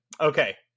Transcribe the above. okay